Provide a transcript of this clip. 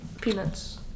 Peanuts